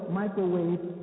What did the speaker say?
microwave